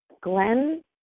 glenn